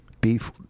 beef